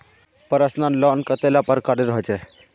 Personal loan कतेला प्रकारेर होचे?